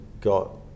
got